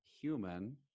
human